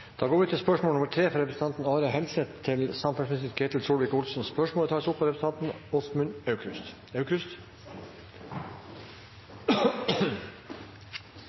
Da går vi tilbake til spørsmål 3. Dette spørsmålet, fra representanten Are Helseth til samferdselsministeren, vil bli tatt opp av representanten Åsmund Aukrust.